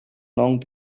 long